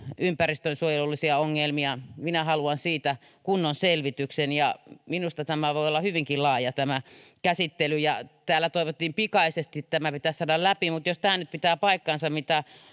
ympäristönsuojelullisia ongelmia minä haluan siitä kunnon selvityksen ja minusta voi olla hyvinkin laaja tämä käsittely täällä toivottiin että tämä pitäisi saada pikaisesti läpi mutta jos tämä nyt pitää paikkansa